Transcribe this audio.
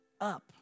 up